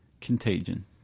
contagion